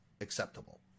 acceptable